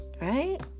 right